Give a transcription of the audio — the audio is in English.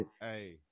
hey